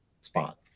spot